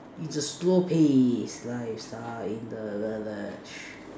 it's a slow pace lifestyle in the village